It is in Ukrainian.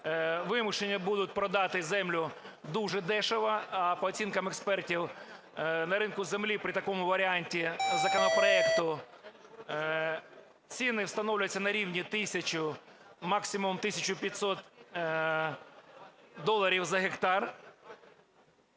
вимушені будуть продати землю дуже дешево. По оцінках експертів на ринку землі при такому варіанті законопроекту ціни встановляться на рівні 1 тисячу, максимум 1 тисячу 500 доларів за гектар.